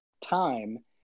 time